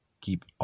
Keep